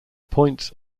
points